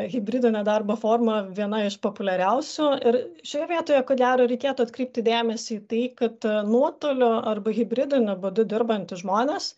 hibridinė nedarbo forma viena iš populiariausių ir šioje vietoje ko gero reikėtų atkreipti dėmesį į tai kad nuotoliu arba hibridiniu būdu dirbantys žmonės